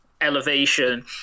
elevation